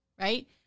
right